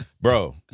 bro